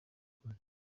kose